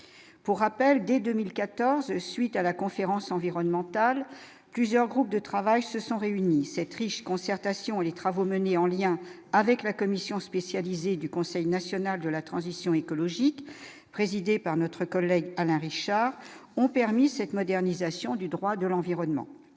pour rappel dès 2014 suite à la conférence environnementale, plusieurs groupes de travail se sont réunis cette riche concertation les travaux menés en lien avec la commission spécialisée du Conseil national de la transition écologique présidée par notre collègue Alain Richard ont permis cette modernisation du droit de l'environnement,